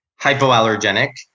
hypoallergenic